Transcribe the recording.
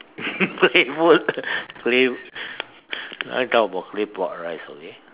claypot clay~ now we talk about claypot rice okay